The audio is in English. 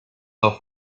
off